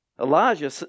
Elijah